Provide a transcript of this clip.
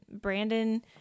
brandon